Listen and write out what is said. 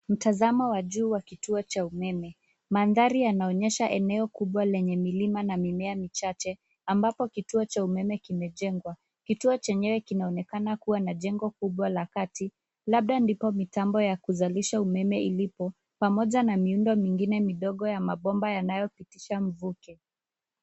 Mtazamo wa juu wa kituo cha umeme. Mandhari yanaonyesha eneo kubwa lenye milima na mimea michache ambapo kituo cha umeme kimejengwa. Kituo chenyewe kinaonekana kuwa na jengo kubwa la kati, labda ndipo mitambo ya kuzalisha umeme ilipo pamoja na miundo mingine midogo ya mabomba yanayopitisha mvuke.